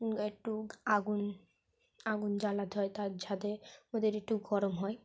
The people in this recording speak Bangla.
একটু আগুন আগুন জ্বালাতে হয় তার ছাদে ওদের একটু গরম হয়